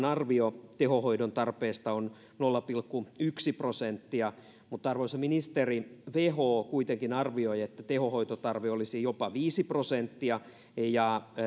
arvio tehohoidon tarpeesta on nolla pilkku yksi prosenttia mutta arvoisa ministeri who kuitenkin arvioi että tehohoidon tarve olisi jopa viisi prosenttia ja